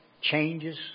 changes